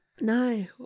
No